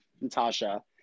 Natasha